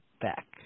back